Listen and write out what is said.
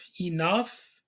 enough